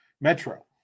Metro